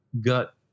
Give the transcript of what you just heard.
gut